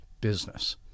business